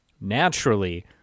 Naturally